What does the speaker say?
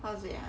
how to say ah